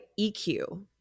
EQ